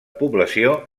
població